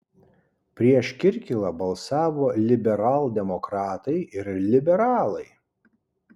prieš kirkilą balsavo liberaldemokratai ir liberalai